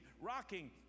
rocking